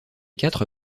quatre